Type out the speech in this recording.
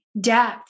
depth